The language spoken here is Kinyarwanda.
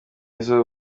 izo